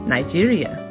Nigeria